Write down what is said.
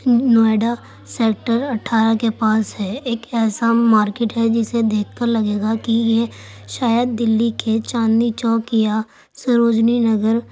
Noida sector اٹھارہ کے پاس ہے ایک ایسا مارکیٹ ہے جسے دیکھ کر لگے گا کہ یہ شاید دلی کے چاندنی چوک یا سروجنی نگر